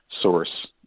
source